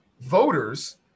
voters